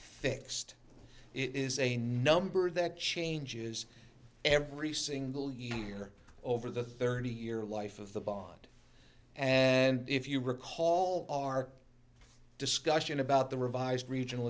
fixed it is a number that changes every single year over the thirty year life of the bond and if you recall our discussion about the revised regional